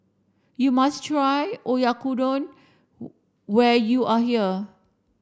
you must try Oyakodon when you are here